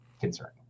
concerning